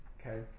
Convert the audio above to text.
Okay